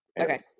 Okay